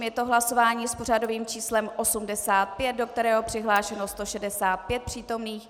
Je to hlasování s pořadovým číslem 85, do kterého je přihlášeno 165 přítomných.